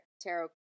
tarot